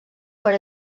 per